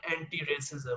anti-racism